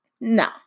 No